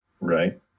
Right